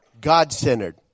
God-centered